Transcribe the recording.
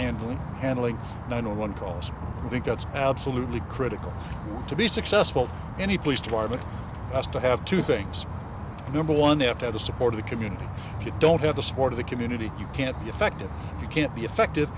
handling handling one on one cause i think that's absolutely critical to be successful any police department has to have two things number one they have to have the support of the community if you don't have the support of the community you can't be effective you can't be effect